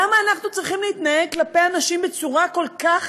למה אנחנו צריכים להתנהג כלפי אנשים בצורה כל כך